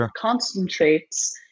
concentrates